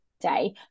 day